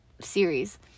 series